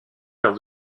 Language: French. perd